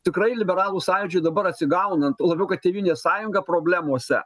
tikrai liberalų sąjūdžiui dabar atsigaunant tuo labiau kad tėvynės sąjunga problemose